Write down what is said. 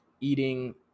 eating